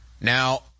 Now